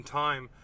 time